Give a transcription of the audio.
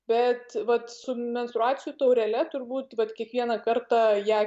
bet vat su menstruacijų taurele turbūt vat kiekvieną kartą ją